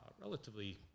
relatively